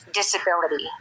disability